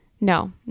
no